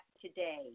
today